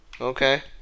okay